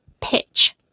pitch